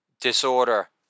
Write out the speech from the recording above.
Disorder